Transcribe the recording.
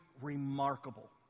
remarkable